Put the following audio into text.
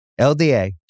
LDA